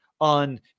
on